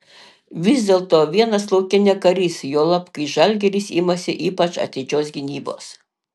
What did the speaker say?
vis dėlto vienas lauke ne karys juolab kai žalgiris imasi ypač atidžios gynybos